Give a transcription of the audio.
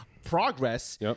Progress